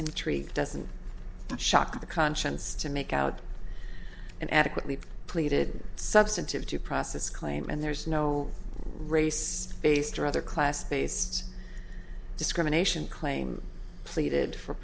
intrigue doesn't shock the conscience to make out and adequately pleaded substantive due process claim and there's no race based or other class based discrimination claim pleaded for